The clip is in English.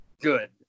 good